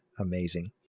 amazing